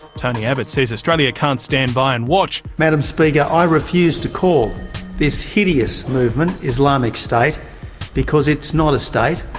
tony abbott says australia can't stand by and watch. madame speaker, i refuse to call this hideous movement islamic state because it's not a state,